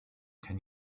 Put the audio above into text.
can